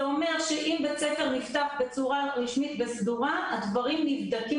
זה אומר שאם בית ספר נפתח בצורה רשמית וסדורה הדברים נבדקים